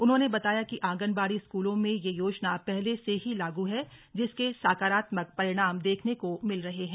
उन्होंने बताया कि आगनबाड़ी स्कूलों में यह योजना पहले से ही लागू है जिसके सकारात्मक परिणाम देखने को मिल रहे हैं